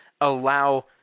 allow